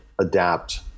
adapt